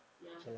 ya